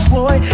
Boy